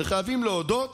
חייבים להודות